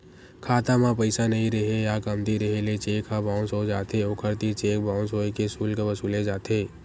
खाता म पइसा नइ रेहे या कमती रेहे ले चेक ह बाउंस हो जाथे, ओखर तीर चेक बाउंस होए के सुल्क वसूले जाथे